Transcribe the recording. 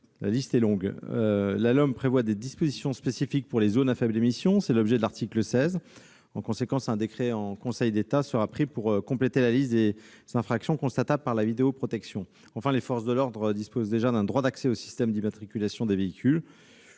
prévoit, à l'article 16, des dispositions spécifiques pour les zones à faibles émissions. En conséquence, un décret en Conseil d'État sera pris pour compléter la liste des infractions constatables par la vidéoprotection. Enfin, les forces de l'ordre disposent déjà d'un droit d'accès au système d'immatriculation des véhicules.